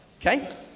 okay